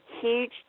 huge